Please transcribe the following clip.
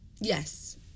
Yes